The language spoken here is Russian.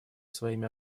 своими